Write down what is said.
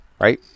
right